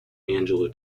angelo